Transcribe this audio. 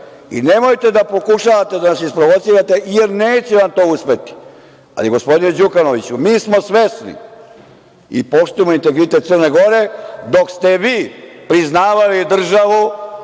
doveli. Nemojte da pokušavate da nas isprovocirate, jer neće vam to uspeti. Ali, gospodine Đukanoviću, mi smo svesni i poštujemo integritet Crne Gore, dok ste vi priznavali državu,